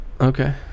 okay